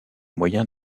moyens